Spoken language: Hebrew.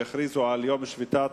הם הכריזו על יום שביתה